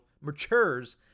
matures